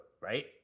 right